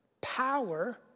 power